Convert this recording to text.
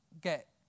get